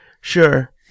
Sure